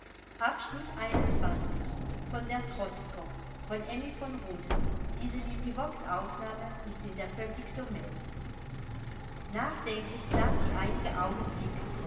nachdenklich saß sie einige augenblicke